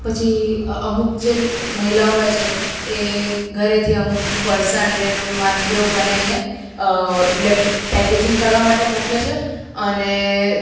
પછી અમુક જે મહિલાઓ હોય છે એ ઘરેથી અમુક ફરસાણ ને વાનગીઓ બનાવીને એટલે પેકેજીંગ કરવા માટે મોકલે છે અને